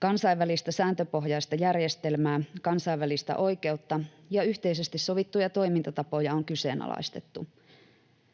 Kansainvälistä sääntöpohjaista järjestelmää, kansainvälistä oikeutta ja yhteisesti sovittuja toimintatapoja on kyseenalaistettu.